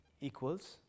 equals